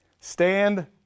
stand